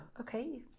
okay